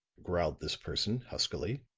growled this person, huskily.